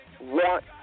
want